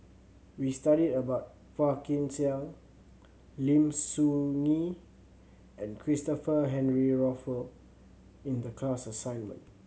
we studied about Phua Kin Siang Lim Soo Ngee and Christopher Henry Rothwell in the class assignment